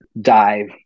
dive